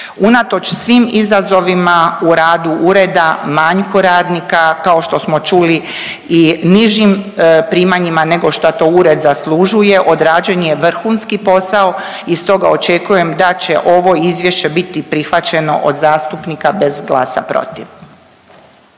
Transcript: Unatoč svim izazovima u radu ureda, manjku radnika kao što smo čuli i nižim primanjima nego što to ured zaslužuje odrađen je vrhunski posao i stoga očekujem da će ovo izvješće biti prihvaćeno od zastupnika bez glasa protiv.